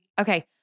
Okay